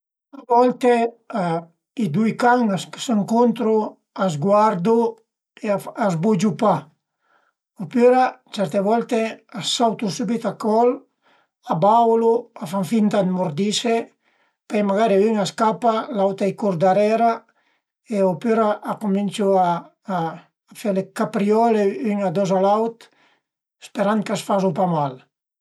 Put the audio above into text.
A volte i dui can a s'ëncuntru, a s'guardu e a s'bugiu pa opüra certe volte a së sautu subit a col, a baula, a fan finta dë murdise, pöi magari ün a scapa, l'aut a i cur darera opüra a cuminciu a a fe le capriole un ados a l'aut sperand ch'a së fazu pa mal